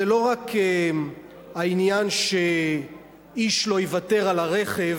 זה לא רק העניין שאיש לא יוותר על הרכב